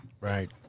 right